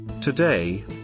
Today